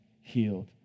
healed